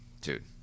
Dude